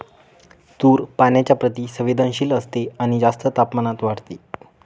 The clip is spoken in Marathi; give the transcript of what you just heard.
तूर पाण्याच्या प्रति संवेदनशील असते आणि जास्त तापमानात वाढते